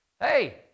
Hey